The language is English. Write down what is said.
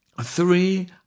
three